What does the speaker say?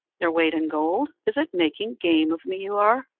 their weight in gold. is it making game of me you are!